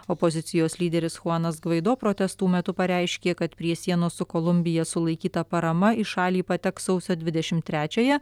opozicijos lyderis chuanas gvaido protestų metu pareiškė kad prie sienos su kolumbija sulaikyta parama į šalį pateks sausio dvidešimt trečiąją